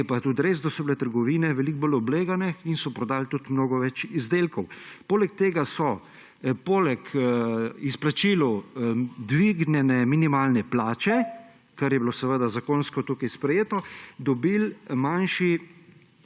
pa je tudi, da so bile trgovine veliko bolj oblegane in so prodali tudi mnogo več izdelkov. Poleg tega so poleg izplačil dvignjene minimalne plače, kar je bilo zakonsko tukaj sprejeto, dobili manjši